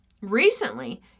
recently